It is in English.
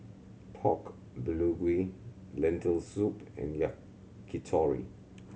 Pork Bulgogi Lentil Soup and Yakitori